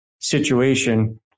situation